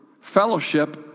Fellowship